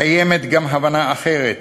קיימת גם הבנה אחרת,